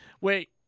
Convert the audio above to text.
Wait